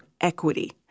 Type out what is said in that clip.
equity